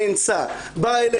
אישה בשכונת התקווה נאנסה, באה אליכם.